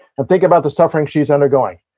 and think about the suffering she's undergoing,